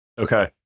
Okay